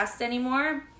anymore